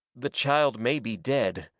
the child may be dead,